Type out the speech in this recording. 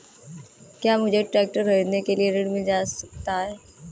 क्या मुझे ट्रैक्टर खरीदने के लिए ऋण मिल सकता है?